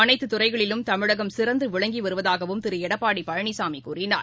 அனைத்துத் துறைகளிலும் தமிழகம் சிறந்துவிளங்கிவருவதாகவும் திருஎடப்பாடிபழனிசாமிகூறினார்